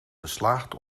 geslaagd